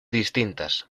distintas